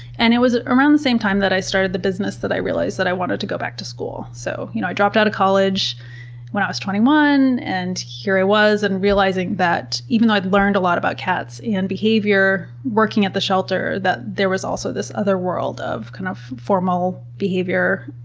and it was around the same time that i started the business that i realized that i wanted to go back to school. so you know i dropped out of college when i was twenty one, and here i was and realizing that even though i learned a lot about cats and behavior, working at the shelter, that there was also this other world of kind of formal behavior